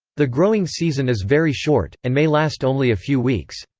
the growing season is very short, and may last only a few weeks.